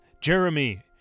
Jeremy